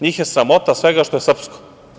Njih je sramota svega što je srpsko.